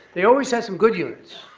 they always had some good units.